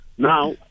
Now